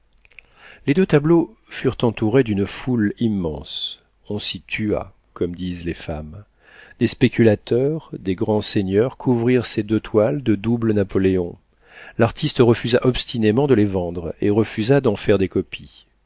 les deux tableaux furent entourés d'une foule immense on s'y tua comme disent les femmes des spéculateurs des grands seigneurs couvrirent ces deux toiles de doubles napoléons l'artiste refusa obstinément de les vendre et refusa d'en faire des copies